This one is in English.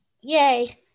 Yay